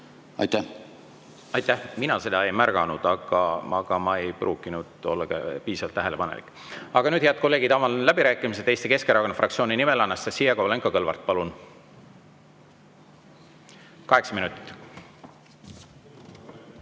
minutit. Aitäh! Mina seda ei märganud, aga ma ei pruukinud olla piisavalt tähelepanelik. Aga nüüd, head kolleegid, avan läbirääkimised. Eesti Keskerakonna fraktsiooni nimel Anastassia Kovalenko-Kõlvart, palun! Kaheksa minutit.